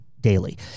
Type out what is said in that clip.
daily